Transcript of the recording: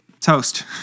toast